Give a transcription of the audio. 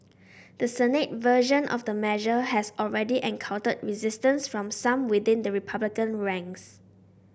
the Senate version of the measure has already encountered resistance from some within the Republican ranks